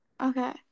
Okay